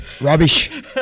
Rubbish